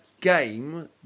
game